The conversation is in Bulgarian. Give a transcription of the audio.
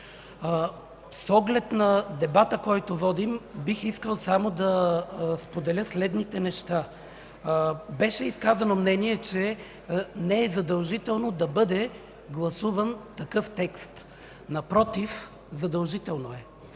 С оглед на дебата, който водим, бих искал да споделя следните неща. Беше изказано мнение, че не е задължително да бъде гласуван такъв текст. Напротив, задължително е!